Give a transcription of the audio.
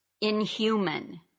inhuman